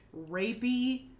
rapey